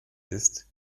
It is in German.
ist